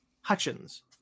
Hutchins